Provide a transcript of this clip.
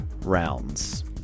rounds